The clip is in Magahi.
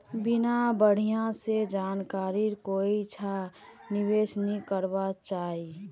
बिना बढ़िया स जानकारीर कोइछा निवेश नइ करबा चाई